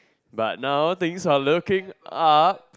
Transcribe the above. but now things are looking up